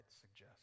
suggest